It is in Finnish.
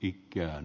piikkiön